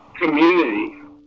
community